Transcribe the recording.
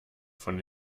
von